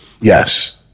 yes